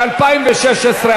ל-2016.